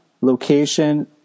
location